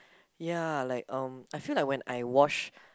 ya like um I feel like when I wash